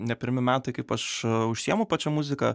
ne pirmi metai kaip aš užsiimu pačia muzika